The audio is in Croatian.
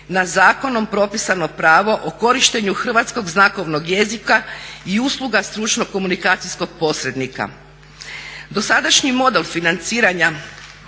na zakonom propisano pravo o korištenju hrvatskog znakovnog jezika i usluga stručnog komunikacijskog posrednika. Dosadašnji model financiranja